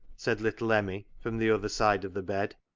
said little emmie from the other side of the bed.